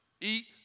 eat